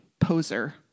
poser